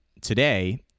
today